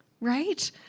right